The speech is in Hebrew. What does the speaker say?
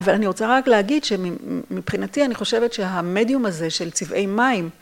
ואני רוצה רק להגיד שמבחינתי, אני חושבת שהמדיום הזה של צבעי מים...